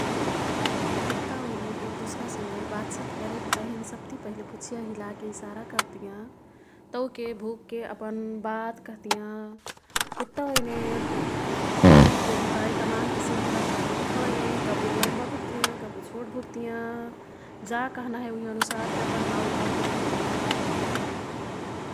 कुत्ता ओएने एक दुसरा संघे बातचित करेक तहिन सब ति पहिले पुच्छिया हिलाके इसारा कर्तियाँ। तौके भुकके अपन बात कह्तियाँ। कुत्ता ओएने, ओएइन् के भुकाई तमान किसिम के रह्ता। कुत्ता ओइने कबु लम्बा भुक्तियाँ ,कबु छोट भुक्तियाँ, जा कह्ना हे उही अनुसार के अपन हाउ भाउ दिखैतियाँ।